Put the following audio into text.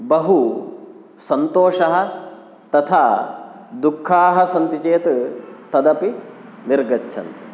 बहु सन्तोषः तथा दुःखाः सन्ति चेत् तदपि निर्गच्छन्ति